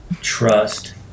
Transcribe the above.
trust